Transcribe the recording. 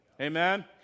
Amen